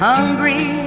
Hungry